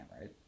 right